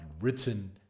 written